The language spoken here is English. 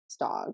dog